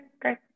great